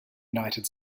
united